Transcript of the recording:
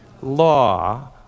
Law